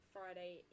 Friday